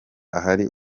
ahari